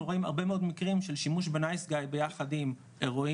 רואים הרבה מאוד מקרים של שימוש בנייס גאי ביחד עם הרואין,